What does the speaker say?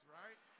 right